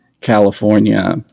California